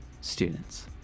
students